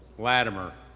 latimer,